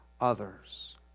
others